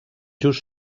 just